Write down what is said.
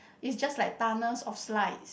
it's just like tunnel of slides